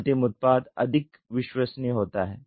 अंतिम उत्पाद अधिक विश्वसनीय होता है